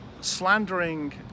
slandering